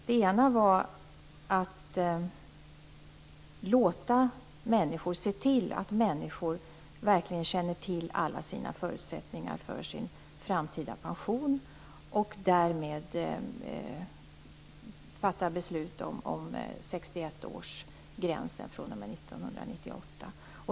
Det ena innebar att man skulle se till att människor verkligen känner till alla sina förutsättningar för sin framtida pension och därmed fattar beslut om 61-årsgränsen fr.o.m. 1998.